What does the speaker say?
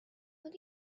what